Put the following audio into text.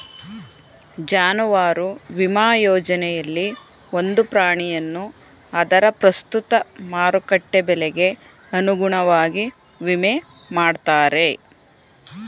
ಜಾನುವಾರು ವಿಮಾ ಯೋಜನೆಯಲ್ಲಿ ಒಂದು ಪ್ರಾಣಿಯನ್ನು ಅದರ ಪ್ರಸ್ತುತ ಮಾರುಕಟ್ಟೆ ಬೆಲೆಗೆ ಅನುಗುಣವಾಗಿ ವಿಮೆ ಮಾಡ್ತಾರೆ